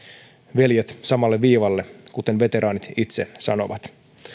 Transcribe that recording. veljet samalle viivalle kuten veteraanit itse sanovat